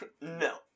No